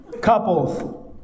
Couples